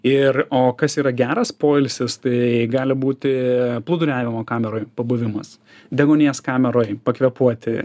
ir o kas yra geras poilsis tai gali būti plūduriavimo kameroj pabuvimas deguonies kameroj pakvėpuoti